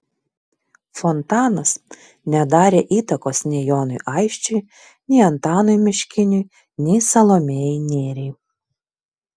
fontanas nedarė įtakos nei jonui aisčiui nei antanui miškiniui nei salomėjai nėriai